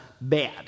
bad